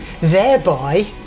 thereby